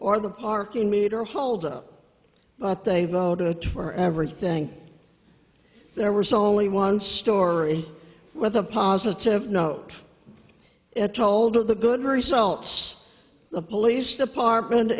or the parking meter hold up but they voted for everything there was only one story with a positive note it told of the good results the police department